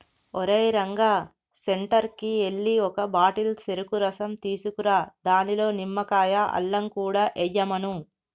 ఓరేయ్ రంగా సెంటర్కి ఎల్లి ఒక బాటిల్ సెరుకు రసం తీసుకురా దానిలో నిమ్మకాయ, అల్లం కూడా ఎయ్యమను